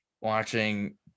watching